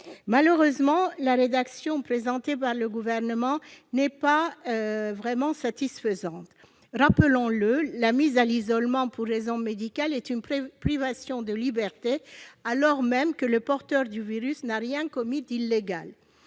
Malheureusement, la rédaction présentée par le Gouvernement n'est pas vraiment satisfaisante. Rappelons-le, la mise à l'isolement pour raison médicale est une privation de liberté, alors même que le porteur du virus n'a rien commis d'illégal.